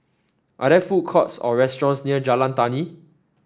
are there food courts or restaurants near Jalan Tani